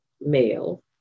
male